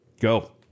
Go